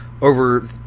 over